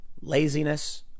laziness